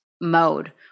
mode